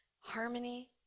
Harmony